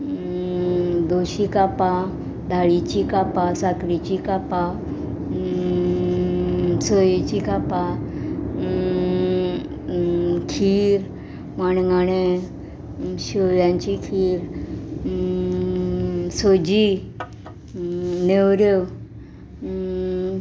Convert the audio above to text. दोशी कापां दाळीचीं कापां साकरेची कापां सोयेची कापां खीर मणगणें शेवयांची खीर सोजी नेवऱ्यो